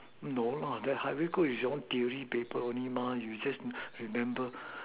no lah that have very good is you all theory paper only mah you all just remember